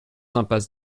impasse